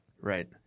Right